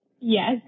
Yes